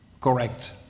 correct